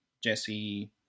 Jesse